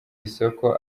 isoko